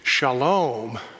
Shalom